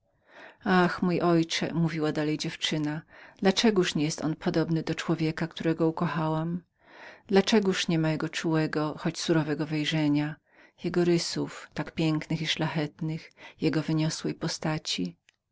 ach czcigodny ojcze odrzekła dla czegoż nie jest on podobnym do człowieka którego ukochałam dla czegoż nie ma jego czułego choć surowego wejrzenia jego rysów tak pięknych i szlachetnych jego wyniosłej postaci